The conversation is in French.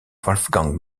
wolfgang